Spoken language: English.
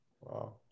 Wow